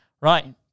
right